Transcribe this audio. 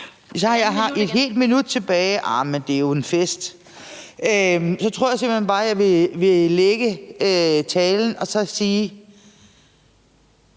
Så jeg har et helt minut tilbage – jamen det er jo en fest! Så tror jeg simpelt hen bare, at jeg vil lægge talen fra mig